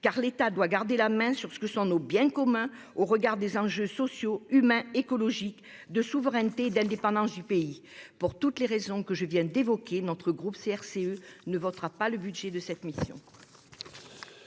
car l'État doit garder la main sur ce que sont nos biens communs au regard des enjeux sociaux, humains, écologiques, de souveraineté et d'indépendance de notre pays. Pour toutes les raisons que je viens d'évoquer, le groupe CRCE ne votera pas le budget de cette mission.